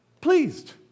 Pleased